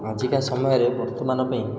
ଆଜିକା ସମୟରେ ବର୍ତ୍ତମାନ ପାଇଁ